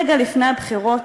ממש רגע לפני הבחירות,